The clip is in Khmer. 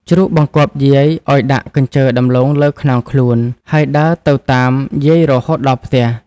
ជ្រូក បង្គាប់យាយឱ្យដាក់កញ្ជើរដំឡូងលើខ្នងខ្លួន ហើយដើរទៅតាមយាយរហូតដល់ផ្ទះ។